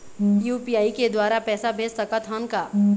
UPI के द्वारा पैसा भेज सकत ह का?